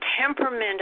temperament